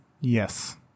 Yes